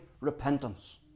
repentance